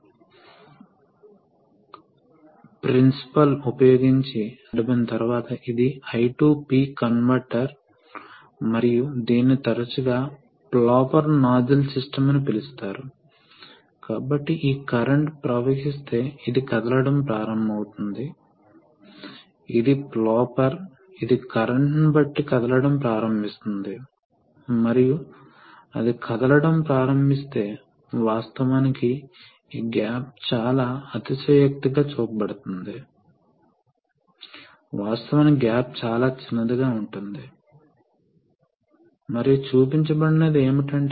rapid advance కొంత దూరం తరువాత ఇది దీనిని తాకి నెట్టివేస్తుంది కాబట్టి ఆ సమయంలో ఇది పనిచేస్తుంది మరియు ఇది మూసివేయబడుతుంది ఇది దీని గుండా వెళ్ళదు ఇది చెక్ వాల్వ్ దీని వెంట ప్రవాహం లేదు కాబట్టి ఇప్పుడు ద్రవం దీని వెంట ప్రవహించవలసి వస్తుంది కాబట్టి ఫార్వర్డ్ స్ట్రోక్ సమయంలో ద్రవం ఆకుపచ్చ రేఖ వెంట ప్రవహించవలసి వస్తుంది మరియు ఇది ఫ్లో కంట్రోల్ వాల్వ్ కనుక కొంత మొత్తం ప్రవాహం మాత్రమే సాధ్యం అందువల్ల ప్రవాహం నియంత్రించబడుతుంది